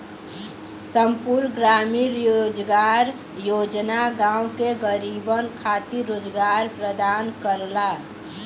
संपूर्ण ग्रामीण रोजगार योजना गांव के गरीबन खातिर रोजगार प्रदान करला